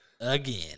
again